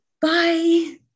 Bye